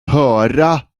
höra